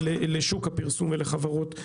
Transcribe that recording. ולשוק הפרסום ולחברות הפרסום.